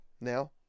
now